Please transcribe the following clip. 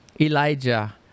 Elijah